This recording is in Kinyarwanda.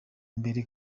mbere